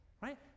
right